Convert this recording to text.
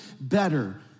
better